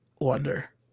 wonder